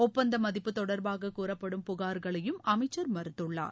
ஒப்பந்த மதிப்பு தொடர்பாக கூறப்படும் புகார்களையும் அமைச்சர் மறுத்துள்ளார்